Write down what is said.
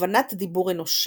הבנת דיבור אנושי,